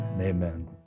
Amen